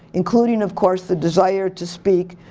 including of course the desire to speak,